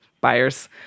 buyers